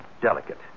delicate